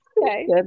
Okay